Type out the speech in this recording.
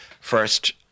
first